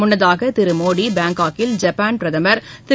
முன்னதாக திரு மோடி பாங்காக்கில் ஜப்பான் பிரதமர் திரு